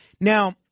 now